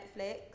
Netflix